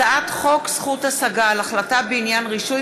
הצעת חוק זכות השגה על החלטה בעניין רישוי